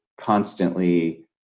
constantly